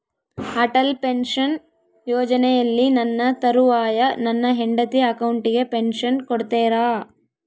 Atal pension ಯೋಜನೆಯಲ್ಲಿ ನನ್ನ ತರುವಾಯ ನನ್ನ ಹೆಂಡತಿ ಅಕೌಂಟಿಗೆ ಪೆನ್ಶನ್ ಕೊಡ್ತೇರಾ?